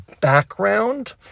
background